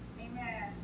Amen